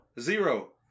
Zero